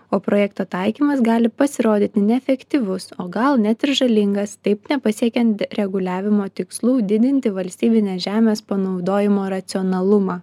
o projekto taikymas gali pasirodyti neefektyvus o gal net ir žalingas taip nepasiekiant reguliavimo tikslų didinti valstybinės žemės panaudojimo racionalumą